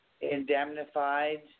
indemnified